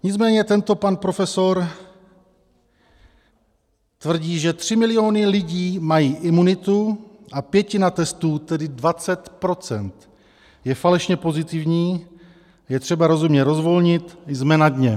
Nicméně tento pan profesor tvrdí, že tři miliony lidí mají imunitu a pětina testů, tedy 20 %, je falešně pozitivní, je třeba rozumně rozvolnit, jsme na dně.